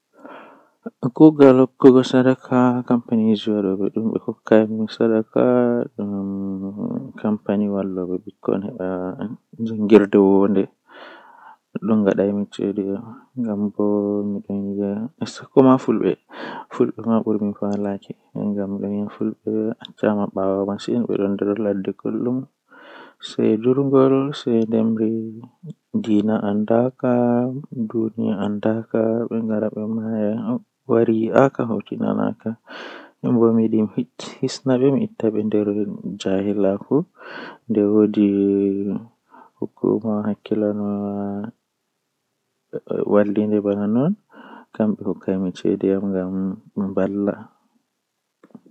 Nyamdu kala didi jei mi suptata mi tokka nyamugo kanjum woni haako ledde kala ledde irin bana lemo ayaba aran kenan didi bo mi nyaman kusel to mi nyama frutji be kusel kanjum do don woitina bandu masin mi wawan mi nyama haa